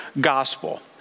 gospel